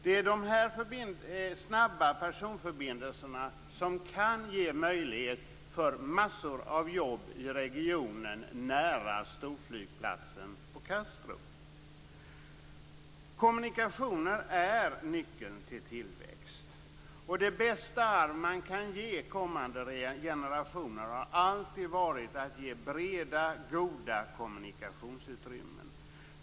Det är de här snabba personförbindelserna som kan möjliggöra en mängd jobb i regionen nära storflygplatsen på Kommunikationer är nyckeln till tillväxt. Det bästa som kan ges kommande generationer är, och så har det alltid varit, breda och goda kommunikationsutrymmen.